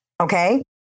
Okay